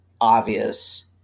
obvious